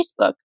Facebook